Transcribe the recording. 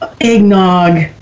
eggnog